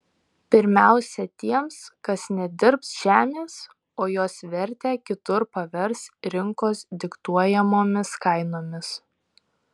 pirmiausia tiems kas nedirbs žemės o jos vertę kitur pavers rinkos diktuojamomis kainomis